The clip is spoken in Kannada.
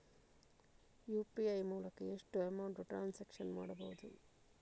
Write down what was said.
ಯು.ಪಿ.ಐ ಮೂಲಕ ಎಷ್ಟು ಅಮೌಂಟ್ ಟ್ರಾನ್ಸಾಕ್ಷನ್ ಮಾಡಬಹುದು?